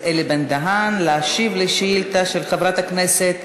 אלי בן-דהן להשיב על שאילתה של חברת הכנסת